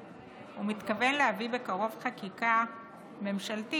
ומתכוון להביא בקרוב חקיקה ממשלתית